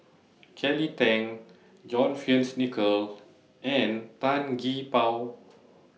Kelly Tang John Fearns Nicoll and Tan Gee Paw